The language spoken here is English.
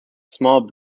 small